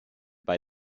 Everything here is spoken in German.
bei